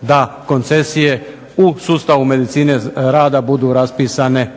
da koncesije u sustavu medicine rada budu raspisane